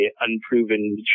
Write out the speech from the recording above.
Unproven